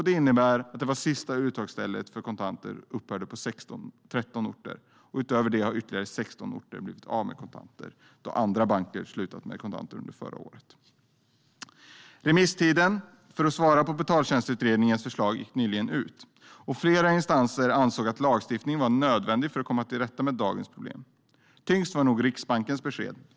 Det innebar att det sista uttagstället för kontanter upphörde på 13 orter. Utöver det har ytterligare 16 orter blivit av med tillgången till kontanter då kontor från andra banker slutade hantera kontanter under förra året. Remisstiden för Betaltjänstutredningens förslag gick nyligen ut. Flera instanser anser att lagstiftning är nödvändig för att man ska komma till rätta med dagens problem. Tyngst är nog Riksbankens besked.